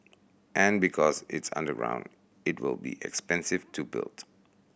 and because it's underground it will be expensive to build